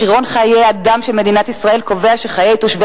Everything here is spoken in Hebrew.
מחירון חיי אדם של מדינת ישראל קובע שחיי תושבי